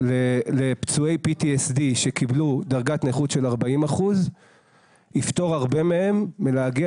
לפצועי PTSD שקיבלו דרגת נכות של 40% יפטור הרבה מהם מלהגיע